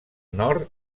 nord